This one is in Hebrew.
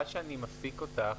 סליחה שאני מפסיק אותך.